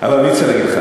אבל אני רוצה להגיד לך,